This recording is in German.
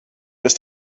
ist